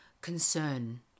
concern